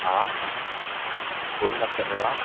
हाँ कौन बात कर रहे हो आप